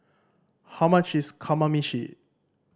how much is Kamameshi